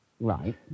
Right